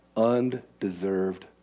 Undeserved